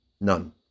None